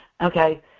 Okay